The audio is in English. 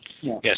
Yes